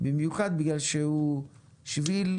במיוחד בגלל שהוא שביל,